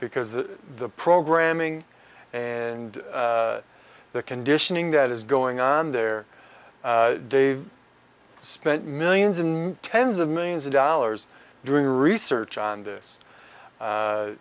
because the programming and the conditioning that is going on there they spent millions of tens of millions of dollars doing research on this